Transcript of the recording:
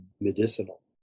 medicinal